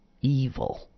evil